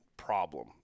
problem